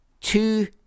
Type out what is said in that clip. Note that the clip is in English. Two